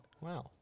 Wow